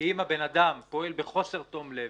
אם האדם פועל בחוסר תום-לב,